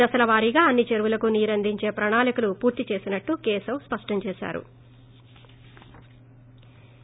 దశల వారిగా అన్ని చెరువులకు నీరందించే ప్రణాళికలు పూర్తి చేసినట్లు కేశవ్ స్పష్టం చేశారు